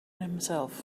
himself